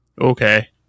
Okay